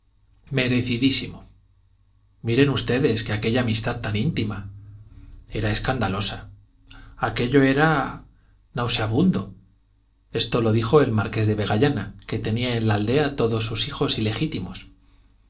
merecidísimo miren ustedes que aquella amistad tan íntima era escandalosa aquello era nauseabundo esto lo dijo el marqués de vegallana que tenía en la aldea todos sus hijos ilegítimos